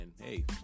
hey